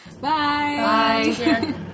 bye